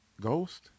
ghost